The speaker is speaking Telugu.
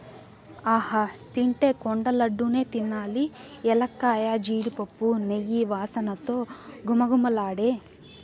ఆహా తింటే కొండ లడ్డూ నే తినాలి ఎలక్కాయ, జీడిపప్పు, నెయ్యి వాసనతో ఘుమఘుమలాడే